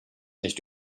nicht